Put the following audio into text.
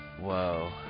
Whoa